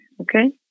Okay